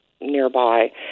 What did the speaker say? nearby